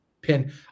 pin